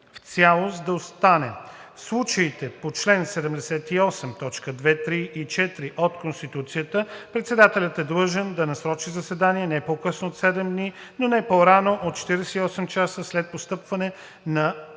в цялост да стане: „В случаите по чл. 78, т. 2, 3 и 4 от Конституцията председателят е длъжен да насрочи заседание не по късно от 7 дни, но не по-рано от 48 часа след постъпване на